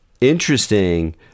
interesting